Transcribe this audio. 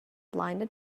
blinded